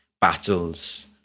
battles